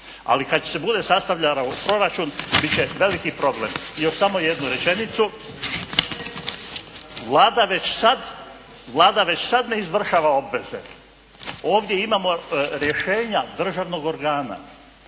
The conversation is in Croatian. Ali ako se bude sastavljala u proračun bit će veliki problem. I još samo jednu rečenicu. Vlada već sad, Vlada već sad ne izvršava obveze. Ovdje imamo rješenja državnog organa